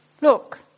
Look